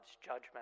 judgment